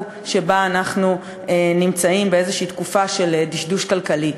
שבה אנו נמצאים באיזה דשדוש כלכלי.